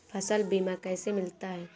फसल बीमा कैसे मिलता है?